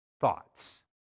thoughts